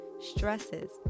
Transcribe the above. stresses